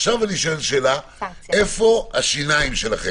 עכשיו אני שואל איפה השיניים שלכם?